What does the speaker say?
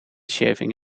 shaving